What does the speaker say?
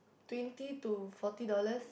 twenty to forty dollars